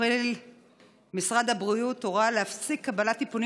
באפריל משרד הבריאות הורה להפסיק קבלת מטופלים